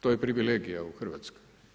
To je privilegija u Hrvatskoj.